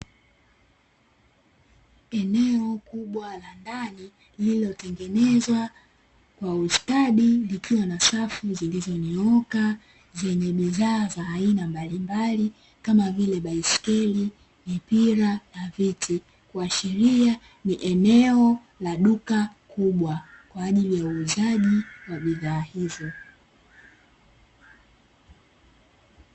Eneo kubwa la ndani lililotengenezwa kwa ustadi likiwa na safu zilizonyooka, zenye bidhaa za aina mbalimbali kama vile; baiskeli, mipira na viti, kuashiria ni eneo la duka kubwa kwa ajili ya uuzaji wa bidhaa hizo.